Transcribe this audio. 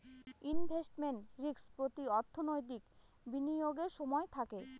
investment risk প্রতি অর্থনৈতিক বিনিয়োগের সময় থাকে